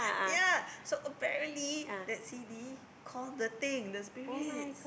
ya so apparently that C_D call the thing the spirits